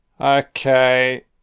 Okay